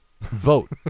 Vote